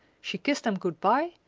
she kissed them good-bye,